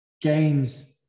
games